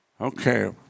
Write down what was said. Okay